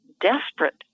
desperate